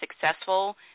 successful